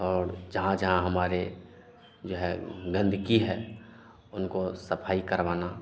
और जहाँ जहाँ हमारी जो है गंदगी है उनकी सफाई करवाना